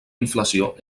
inflació